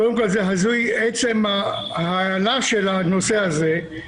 קודם כל, זה הזוי עצם ההעלאה של הנושא הזה.